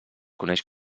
coneix